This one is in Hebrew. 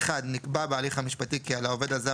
נקבע בהליך המשפטי כי על העובד הזר